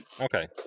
okay